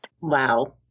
Wow